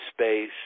space